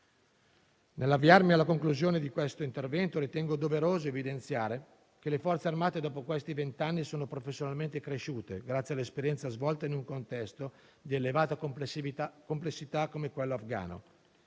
Nell'avviarmi alla conclusione di questo intervento, ritengo doveroso evidenziare che le Forze armate, dopo questi vent'anni, sono professionalmente cresciute, grazie alle esperienze svolte in un contesto di elevata complessità come quello afgano: